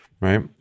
right